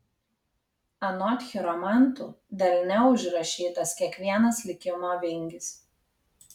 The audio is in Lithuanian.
anot chiromantų delne užrašytas kiekvienas likimo vingis